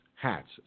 hats